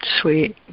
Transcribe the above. sweet